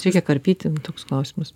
reikia karpyti nu toks klausimas